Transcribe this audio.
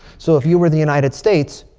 so if you were the united states,